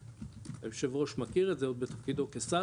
היושב ראש מכיר את זה עוד בתפקידו כשר,